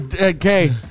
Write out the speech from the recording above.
Okay